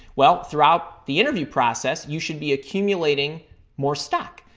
well, throughout the interview process, you should be accumulating more stack.